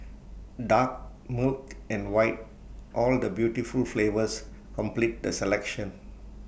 dark milk and white all the beautiful flavours complete the selection